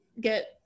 get